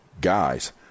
guys